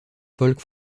folk